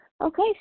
Okay